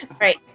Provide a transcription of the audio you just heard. Right